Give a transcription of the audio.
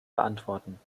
beantworten